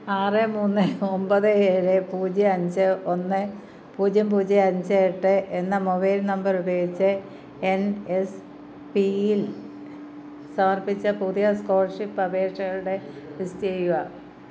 ആറ് മൂന്ന് ഒമ്പത് ഏഴ് പൂജ്യം അഞ്ച് ഒന്ന് പൂജ്യം പൂജ്യം അഞ്ച് എട്ട് എന്ന മൊബൈൽ നമ്പർ ഉപയോഗിച്ച് എൻ എസ് പിയിൽ സമർപ്പിച്ച പുതിയ സ്കോളർഷിപ്പ് അപേക്ഷകളുടെ ലിസ്റ്റ് ചെയ്യുക